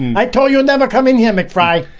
i told you and never come in here make fry.